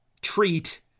treat